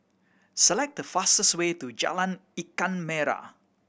select the fastest way to Jalan Ikan Merah